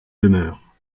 demeure